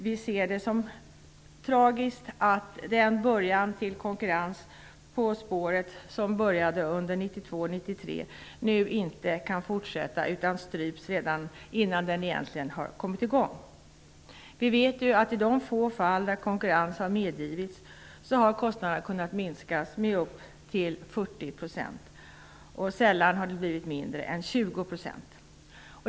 Vi ser det som tragiskt att den konkurrens på spåret som påbörjades under 1992/93 nu inte kan fortsätta utan stryps redan innan den egentligen har kommit i gång. Vi vet ju att kostnaderna i de få fall där konkurrens har medgivits har kunnat minskas med upp till 40 % och att kostnadsminskningen sällan har blivit mindre än 20 %.